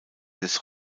des